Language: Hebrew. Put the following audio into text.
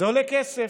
זה עולה כסף,